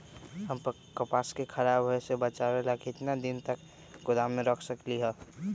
हम कपास के खराब होए से बचाबे ला कितना दिन तक गोदाम में रख सकली ह?